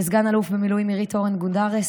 לסגן אלוף במילואים עירית אורן גונדרס,